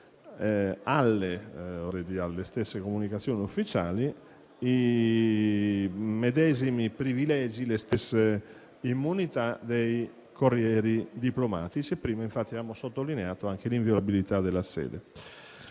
a quelle ufficiali del TUB i medesimi privilegi e le stesse immunità dei corrieri diplomatici (prima infatti abbiamo sottolineato anche l'inviolabilità della sede).